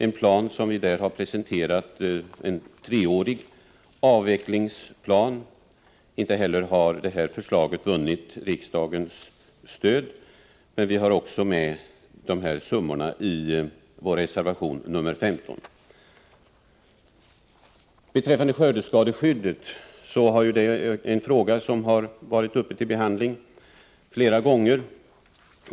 Inte heller det förslaget har alltså vunnit riksdagens stöd. Men vi har med summorna i vår reservation nr 15. Skördeskadeskyddet är ju en fråga som har varit uppe till behandling flera gånger.